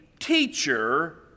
teacher